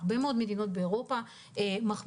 הרבה מאוד מדינות באירופה מחמירות